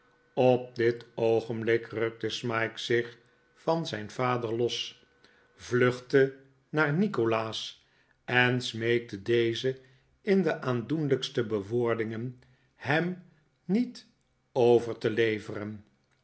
op dit oogenblik rukte smike zich van zijn vader los vluchtte haar nikolaas en smeekte dezen in de aandoenlijkste bewoordingen hem niet over te leveren